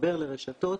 שמתחבר לרשתות,